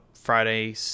Friday